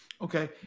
Okay